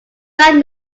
sat